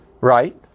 right